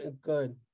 good